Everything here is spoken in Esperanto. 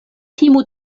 timu